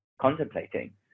contemplating